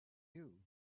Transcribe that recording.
you